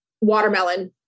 Watermelon